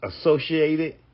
associated